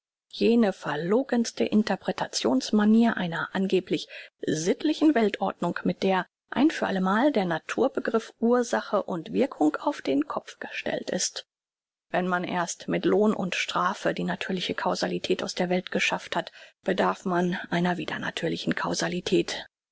jene verlogenste interpretations manier einer angeblich sittlichen weltordnung mit der ein für alle mal der naturbegriff ursache und wirkung auf den kopf gestellt ist wenn man erst mit lohn und strafe die natürliche causalität aus der welt geschafft hat bedarf man einer widernatürlichen causalität